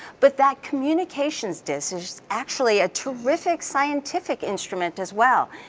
but that communications disc is actually a terrific scientific instrument as well.